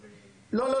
לא.